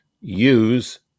use